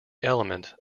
element